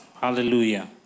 Hallelujah